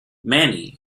manny